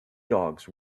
dogs